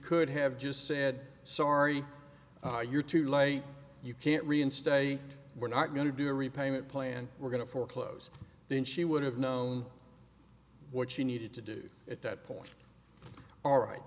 could have just said sorry you're too late you can't reinstate we're not going to do a repayment plan we're going to foreclose then she would have known what she needed to do at that point all right